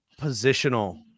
positional